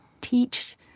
teach